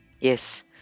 yes